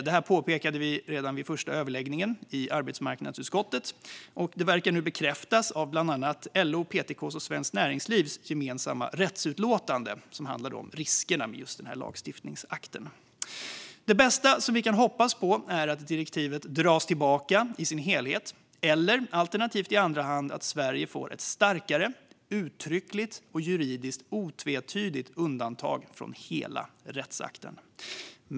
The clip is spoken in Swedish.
Detta påpekade vi redan vid första överläggningen i arbetsmarknadsutskottet, och det verkar nu bekräftas av bland annat LO:s, PTK:s och Svenskt Näringslivs gemensamma rättsutlåtande, som handlar om riskerna med de här lagstiftningsakterna. Det bästa vi kan hoppas på är att direktivet dras tillbaka i sin helhet eller i andra hand att Sverige får ett starkare, uttryckligt och juridiskt otvetydigt undantag från hela rättsakten.